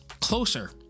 closer